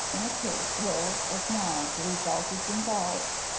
in a case where, as now, the result is involved,